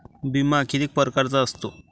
बिमा किती परकारचा असतो?